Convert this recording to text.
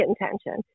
intention